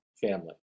family